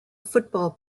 football